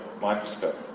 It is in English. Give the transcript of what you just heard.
microscope